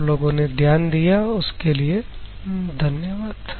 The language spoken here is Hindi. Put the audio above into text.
आप लोगों ने ध्यान दिया उसके लिए धन्यवाद